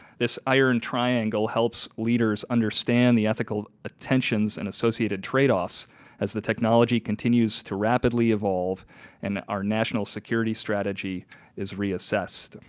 this iron triangle helps leaders understand the ethical intentions and associated trade-offs as the technology continues to rapidly evolve and our national security strategy is reassessed.